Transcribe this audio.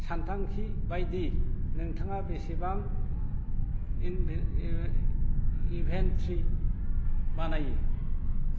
सानथांखि बायदि नोंथाङा बेसेबां इनभेन्ट्रि बानायो